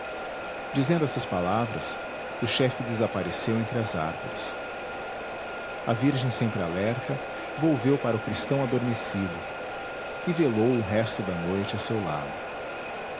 dizendo estas palavras o chefe desapareceu entre as árvores a virgem sempre alerta volveu para o cristão adormecido e velou o resto da noite a seu lado